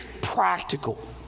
practical